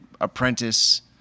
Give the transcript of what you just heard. apprentice